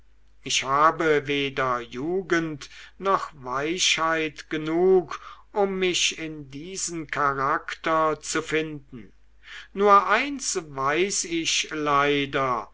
ich habe weder jugend noch weichheit genug um mich in diesen charakter zu finden nur eins weiß ich leider